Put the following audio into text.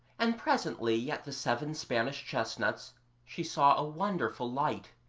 and presently at the seven spanish chestnuts she saw a wonderful light.